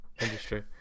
industry